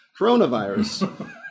coronavirus